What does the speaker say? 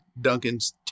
Duncan's